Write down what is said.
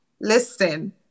listen